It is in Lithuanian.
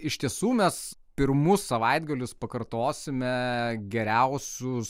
iš tiesų mes pirmus savaitgalius pakartosime geriausius